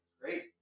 Great